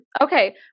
Okay